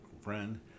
friend